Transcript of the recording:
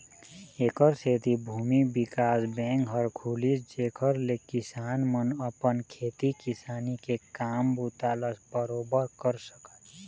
ऐखर सेती भूमि बिकास बेंक ह खुलिस जेखर ले किसान मन अपन खेती किसानी के काम बूता ल बरोबर कर सकय